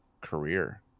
career